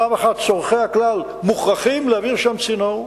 פעם אחת צורכי הכלל, מוכרחים להעביר שם צינור,